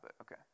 okay